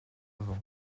avant